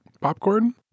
Popcorn